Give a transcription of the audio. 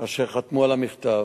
אשר חתמו על המכתב.